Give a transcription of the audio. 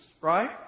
right